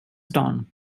stan